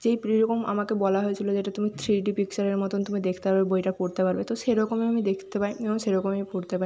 যেই রকম আমাকে বলা হয়েছিল যে এটা তুমি থ্রি ডি পিকচারের মতন তুমি দেখতে পারবে বইটা পড়তে পারবে তো সেরকমই আমি দেখতে পাই এবং সেরকমই আমি পড়তে পাই